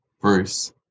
Bruce